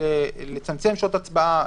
לצמצם שעות הצבעה,